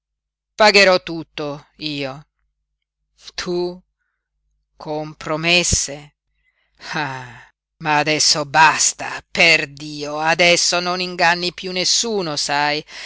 pagherò tutto io tu con promesse ah ma adesso basta perdio adesso non inganni piú nessuno sai